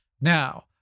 Now